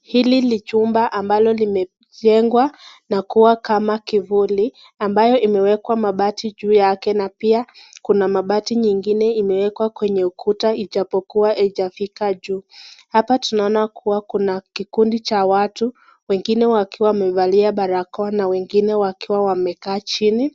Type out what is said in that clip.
Hili ni chumba ambalo limejengwa na kuwa kama kivuli, ambayo imewekwa mabati juu yake na pia kuna mabati nyingine imewekwa kwenye ukuta ijapokua ijafika juu. Hapa tunona kuwa kuna kikundi cha watu, wengine wakiwa wamevalia barakoa na wengine wakiwa wamekaa chini,